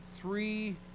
three